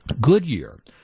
Goodyear